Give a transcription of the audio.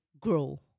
grow